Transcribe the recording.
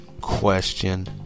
question